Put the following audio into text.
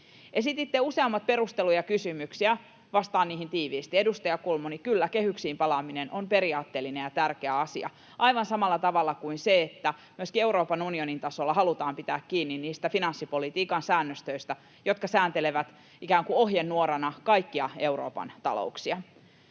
Esititte useammat perusteltuja kysymyksiä. Vastaan niihin tiiviisti. Edustaja Kulmuni, kyllä, kehyksiin palaaminen on periaatteellinen ja tärkeä asia — aivan samalla tavalla kuin se, että myöskin Euroopan unionin tasolla halutaan pitää kiinni niistä finanssipolitiikan säännöstöistä, jotka sääntelevät ikään kuin ohjenuorana kaikkia Euroopan talouksia.